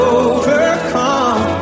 overcome